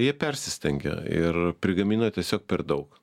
jie persistengė ir prigamino tiesiog per daug